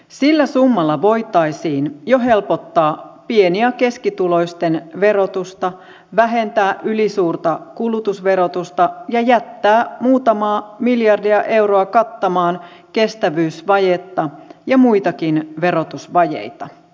sillä summalla voitaisiin jo helpottaa pieni ja keskituloisten verotusta vähentää ylisuurta kulutusverotusta ja jättää muutama miljardi euroa kattamaan kestävyysvajetta ja muitakin verotusvajeita